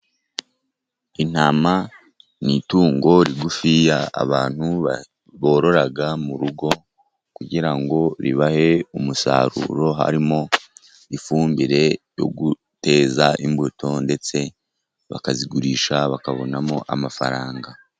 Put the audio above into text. Intama ni itungo rigufi abantu borora mu rugo kugira ngo ribahe umusaruro harimo: ifumbire yo guteza imbuto, ndetse bakazigurisha bakabonamo amafaranga.